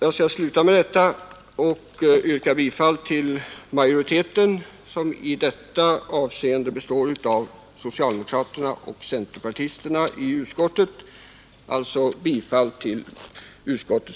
Jag skall sluta mitt anförande med att yrka bifall till utskottets hemställan, bakom vilken står socialdemokraterna och centerpartisterna i utskottet.